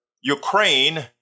Ukraine